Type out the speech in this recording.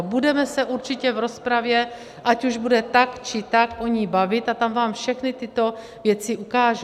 Budeme se určitě v rozpravě, ať už bude tak, či tak, o ní (?) bavit a tam vám všechny tyto věci ukážu.